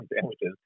sandwiches